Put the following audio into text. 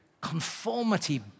conformity